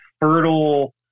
fertile